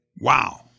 Wow